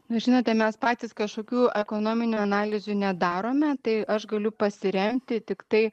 nu žinote mes patys kažkokių ekonominių analizių nedarome tai aš galiu pasiremti tiktai